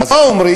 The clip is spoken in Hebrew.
אז מה אומרים?